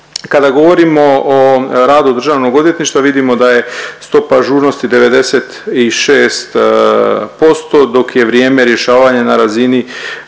Kada govorimo o radu državnog odvjetništva vidimo da je stopa ažurnosti 96% dok je vrijeme rješavanja na razini